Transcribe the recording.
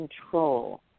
control